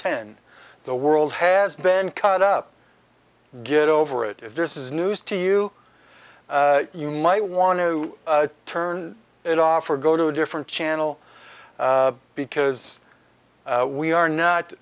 ten the world has been cut up get over it if this is news to you you might want to turn it off or go to a different channel because we are not